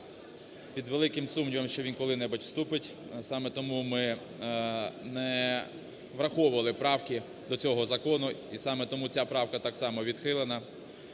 Під великим сумнівом, що він коли-небудь вступить, саме тому ми не враховували правки до цього закону. І саме тому ця правка так само відхилена.